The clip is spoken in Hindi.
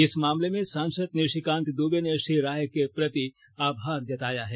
इस मामले में सांसद निषिकांत दुबे ने श्री राय के प्रति आभार जताया है